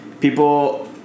people